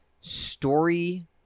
story